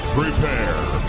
prepare